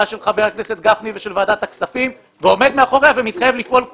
של חבר הכנסת גפני ושל ועדת הכספים ועומד מאחוריה ומתחייב לפעול לפיה.